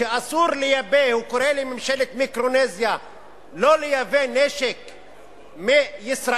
שאסור לייבא או קורא לממשלת מיקרונזיה לא לייבא נשק מישראל,